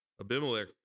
Abimelech